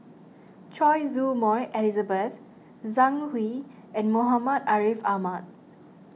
Choy Su Moi Elizabeth Zhang Hui and Muhammad Ariff Ahmad